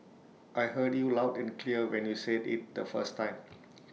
I heard you loud and clear when you said IT the first time